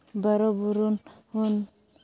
ᱵᱟᱨᱚ ᱵᱚᱨᱚᱱ